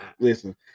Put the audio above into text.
Listen